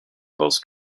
pense